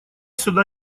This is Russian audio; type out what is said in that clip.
сюда